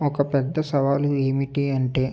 ఒక పెద్ద సవాలు ఏమిటి అంటే